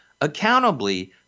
accountably